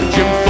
Jim